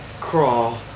crawl